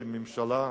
של הממשלה,